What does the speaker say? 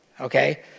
okay